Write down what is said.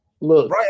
Look